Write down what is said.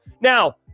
Now